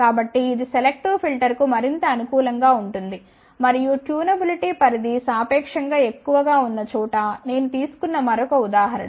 కాబట్టి ఇది సెలెక్టివ్ ఫిల్టర్కు మరింత అనుకూలం గా ఉంటుంది మరియు ట్యూనబిలిటీ పరిధి సాపేక్షం గా ఎక్కువగా ఉన్న చోట నేను తీసుకున్న మరొక ఉదాహరణ